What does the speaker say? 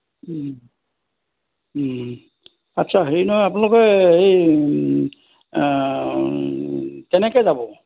আচ্ছা হেৰি নহয় আপোনালোকে এই কেনেকৈ যাব